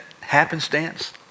happenstance